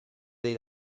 dei